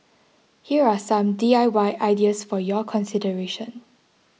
here are some D I Y ideas for your consideration